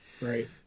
Right